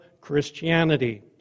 Christianity